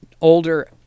older